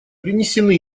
принесены